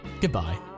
Goodbye